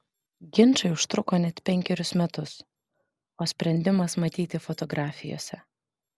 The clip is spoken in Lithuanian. ginčai užtruko net penkerius metus o sprendimas matyti fotografijose